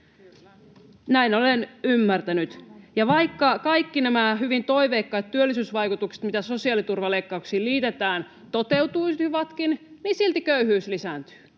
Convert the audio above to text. Näin olen ymmärtänyt. Ja vaikka kaikki nämä hyvin toiveikkaat työllisyysvaikutukset, mitä sosiaaliturvaleikkauksiin liitetään, toteutuisivatkin, niin silti köyhyys lisääntyy.